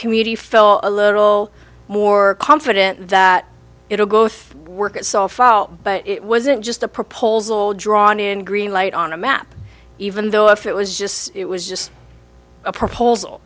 community felt a little more confident that it will go through work itself out but it wasn't just a proposal drawn in green light on a map even though if it was just it was just a proposal